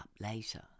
later